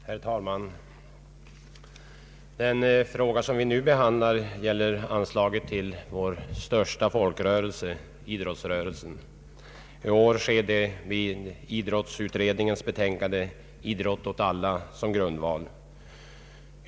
Herr talman! Den fråga som vi nu behandlar gäller anslaget till vår största folkrörelse, idrottsrörelsen. I år har vi idrottsutredningens betänkande ”Idrott åt alla” som grundval.